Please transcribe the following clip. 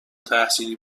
تحصیلی